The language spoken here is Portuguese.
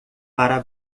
para